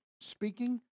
speaking